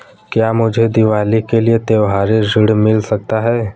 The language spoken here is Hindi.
क्या मुझे दीवाली के लिए त्यौहारी ऋण मिल सकता है?